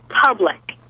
public